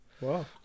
Wow